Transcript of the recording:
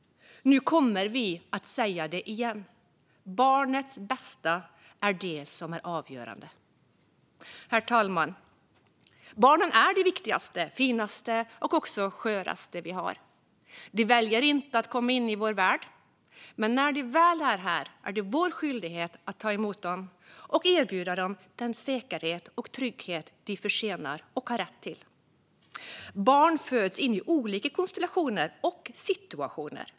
Nu kommer vi att säga det igen: Barnets bästa är det som är avgörande. Herr talman! Barnen är det viktigaste, det finaste och också det sköraste vi har. De väljer inte att komma in i vår värld, men när de väl är här är det vår skyldighet att ta emot dem och erbjuda dem den säkerhet och trygghet de förtjänar och har rätt till. Barn föds in i olika konstellationer och situationer.